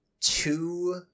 two